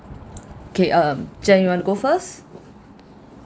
okay um jane you want to go first